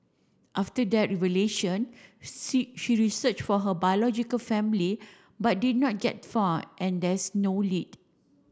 after that relation she searched for her biological family but did not get far and there is no lead